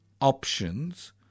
options